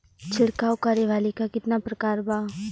छिड़काव करे वाली क कितना प्रकार बा?